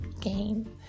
game